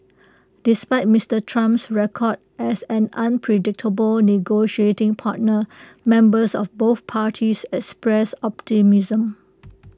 despite Mister Trump's record as an unpredictable negotiating partner members of both parties expressed optimism